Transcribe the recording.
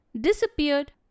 disappeared